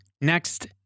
Next